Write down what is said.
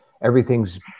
Everything's